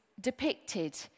depicted